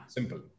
Simple